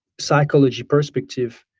psychological perspective,